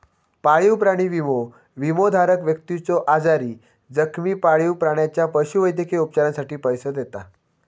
पाळीव प्राणी विमो, विमोधारक व्यक्तीच्यो आजारी, जखमी पाळीव प्राण्याच्या पशुवैद्यकीय उपचारांसाठी पैसो देता